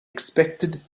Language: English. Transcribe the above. expected